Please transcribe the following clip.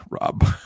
Rob